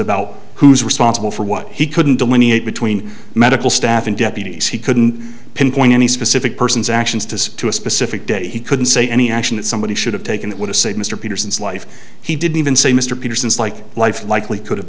about who's responsible for what he couldn't delineate between medical staff and deputies he couldn't pinpoint any specific persons actions to say to a specific date he couldn't say any action that somebody should have taken that would have said mr peterson's life he didn't even say mr peterson's like life likely could have